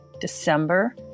December